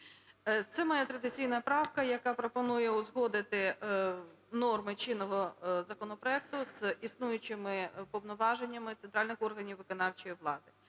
Це моя традиційна правка, яка пропонує узгодити норми чинного законопроекту з існуючими повноваженнями центральних органів виконавчої влади.